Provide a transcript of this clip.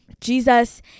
Jesus